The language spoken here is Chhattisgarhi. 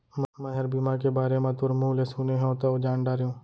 मैंहर बीमा के बारे म तोर मुँह ले सुने हँव तव जान डारेंव